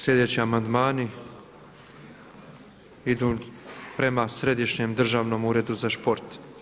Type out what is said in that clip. Sljedeći amandmani idu prema Središnjem državnom uredu za šport.